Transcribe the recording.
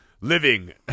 Living